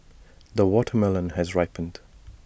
the watermelon has ripened